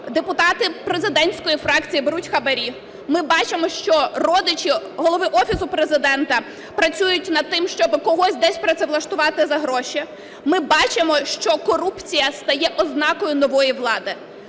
депутати президентської фракції беруть хабарі, ми бачимо, що родичі голови Офісу Президента працюють над тим, щоб когось десь працевлаштувати за гроші. Ми бачимо, що корупція стає ознакою нової влади.